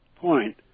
Point